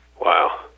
Wow